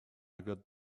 got